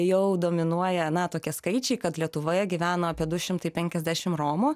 jau dominuoja na tokie skaičiai kad lietuvoje gyveno apie du šimtai penkiasdešim romų